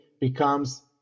becomes